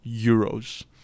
euros